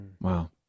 wow